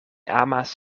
amas